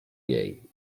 jej